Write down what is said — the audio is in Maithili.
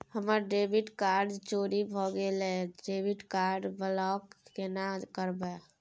हमर डेबिट कार्ड चोरी भगेलै डेबिट कार्ड ब्लॉक केना करब?